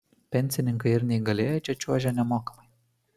pensininkai ir neįgalieji čia čiuožia nemokamai